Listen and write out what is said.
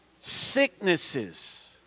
sicknesses